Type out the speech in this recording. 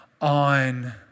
On